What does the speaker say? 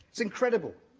it's incredible.